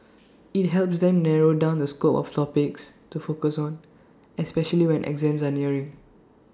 IT helps them narrow down the scope of topics to focus on especially when exams are nearing